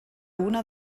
una